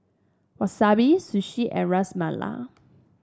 Wasabi Sushi and Ras Malai